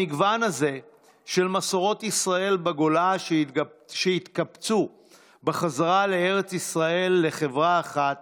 המגוון הזה של מסורות ישראל בגולה שהתקבצו בחזרה לארץ ישראל לחברה אחת